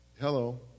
Hello